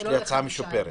יש לי הצעה משופרת